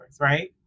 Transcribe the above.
right